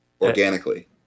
organically